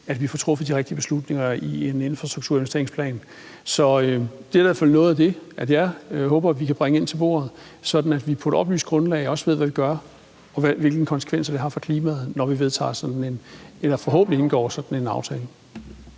at vi får truffet de rigtige beslutninger i en infrastrukturinvesteringsplan. Så det er i hvert fald noget af det, jeg håber vi kan bringe ind til bordet, sådan at vi på et oplyst grundlag ved, hvad vi gør, og hvilke konsekvenser det har for klimaet, når vi forhåbentlig indgår sådan en aftale.